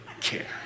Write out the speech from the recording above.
care